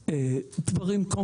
תמקד את הדברים שלך.